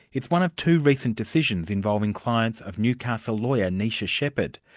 it's one of two recent decisions involving clients of newcastle lawyer neisha shepherd.